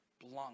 blunt